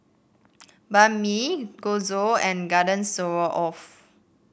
Banh Mi Chorizo and Garden Stroganoff